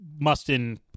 Mustin